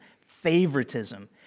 favoritism